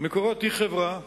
"מקורות" היא חברה שהיא,